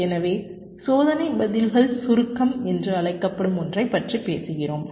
எனவே சோதனை பதில்கள் சுருக்கம் என்று அழைக்கப்படும் ஒன்றைப் பற்றி பேசுகிறோம்